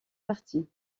parties